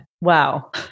Wow